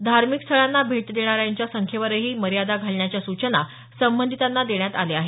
धार्मिक स्थळांना भेट देणाऱ्याच्या संख्येवरही मर्यादा घालण्याच्या सूचना संबंधितांना देण्यात आल्या आहेत